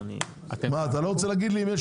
אדוני, אני לא מושך זמן.